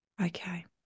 Okay